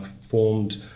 formed